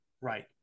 right